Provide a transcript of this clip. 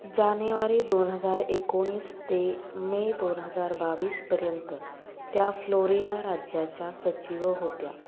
जानेवारी दोन हजार एकोणीस ते मे दोन हजार बावीसपर्यंत त्या फ्लोरिडा राज्याच्या सचिव होत्या